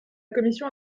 commission